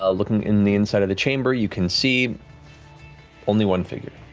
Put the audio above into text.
um looking in the inside of the chamber, you can see only one figure.